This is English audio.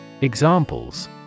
Examples